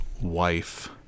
wife